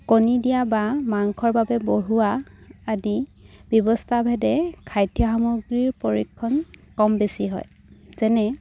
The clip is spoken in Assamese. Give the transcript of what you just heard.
কণী দিয়া বা মাংসৰ বাবে বঢ়োৱা আদি ব্যৱস্থাভেদে খাদ্য সামগ্ৰীৰ পৰীক্ষণ কম বেছি হয় যেনে